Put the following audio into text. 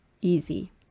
easy